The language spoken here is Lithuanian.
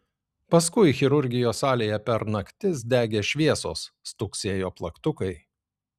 paskui chirurgijos salėje per naktis degė šviesos stuksėjo plaktukai